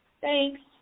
Thanks